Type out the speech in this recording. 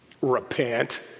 Repent